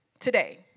Today